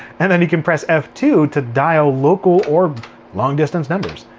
and then you can press f two to dial local or long distance numbers.